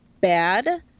bad